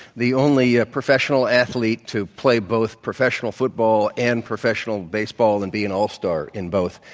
the only ah professional athlete to play both professional football and professional baseball and be an all-star in both.